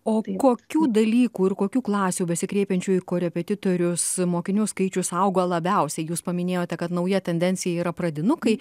o kokių dalykų ir kokių klasių besikreipiančių į korepetitorius mokinių skaičius augo labiausiai jūs paminėjote kad nauja tendencija yra pradinukai